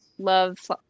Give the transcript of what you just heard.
love